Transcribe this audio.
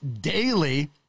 Daily